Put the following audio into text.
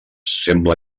sembla